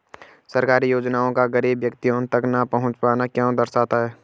सरकारी योजनाओं का गरीब व्यक्तियों तक न पहुँच पाना क्या दर्शाता है?